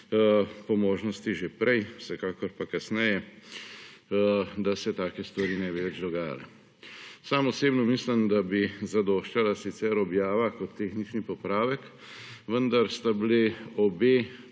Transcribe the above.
po možnosti že prej, vsekakor pa kasneje, da se take stvari ne bi več dogajale. Sam osebno mislim, da bi zadoščala sicer objava kot tehnični popravek, vendar sta bili obe